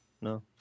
No